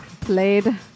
played